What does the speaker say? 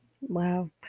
Wow